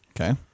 okay